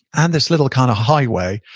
and this little kind of highway,